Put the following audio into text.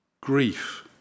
grief